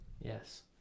Yes